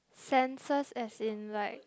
sensors as in like